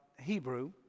Hebrew